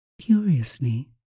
curiously